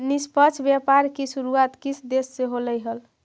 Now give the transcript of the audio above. निष्पक्ष व्यापार की शुरुआत किस देश से होलई हल